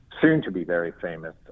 soon-to-be-very-famous